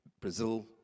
Brazil